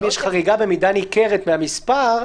אם יש חריגה במידה ניכרת מהמספר,